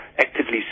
actively